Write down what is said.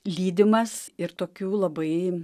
lydimas ir tokių labai